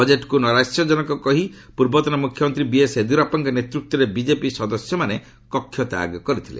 ବଜେଟ୍କୁ ନୈରାଶ୍ୟଜନକ କହି ପୂର୍ବତନ ମୁଖ୍ୟମନ୍ତ୍ରୀ ବିଏସ୍ ୟେଦୁରପ୍ପାଙ୍କ ନେତୃତ୍ୱରେ ବିଜେପି ସଦସ୍ୟମାନେ କକ୍ଷତ୍ୟାଗ କରିଥିଲେ